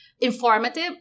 informative